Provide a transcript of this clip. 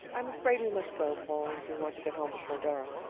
i'm afraid we must go, paul, if we want to get home before dark.